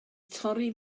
torri